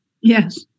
Yes